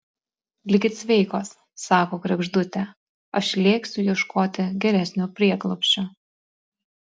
likit sveikos sako kregždutė aš lėksiu ieškoti geresnio prieglobsčio